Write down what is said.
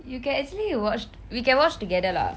you can actually watch we can watch together lah